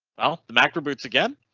well, the macro boots again